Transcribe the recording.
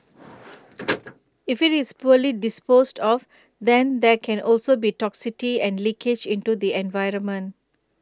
if it's poorly disposed of there can also be toxicity and leakage into the environment